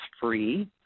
free